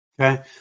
Okay